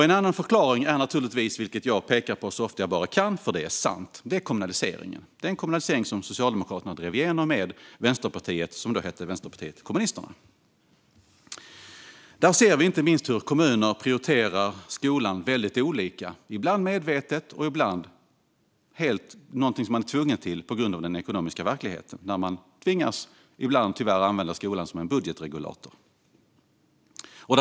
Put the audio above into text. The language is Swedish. En annan förklaring är naturligtvis, vilket jag pekar på så ofta jag kan därför att det är sant, den kommunalisering som Socialdemokraterna drev igenom med Vänsterpartiet, som då hette Vänsterpartiet Kommunisterna. Vi ser inte minst hur kommuner prioriterar skolan olika, ibland medvetet och ibland därför att de är tvungna till det på grund av den ekonomiska verkligheten. Ibland tvingas de tyvärr använda skolan som en budgetregulator.